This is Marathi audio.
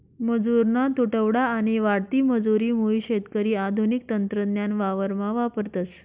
मजुरना तुटवडा आणि वाढती मजुरी मुये शेतकरी आधुनिक तंत्रज्ञान वावरमा वापरतस